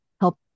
help